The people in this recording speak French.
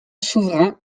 souverains